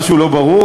משהו לא ברור,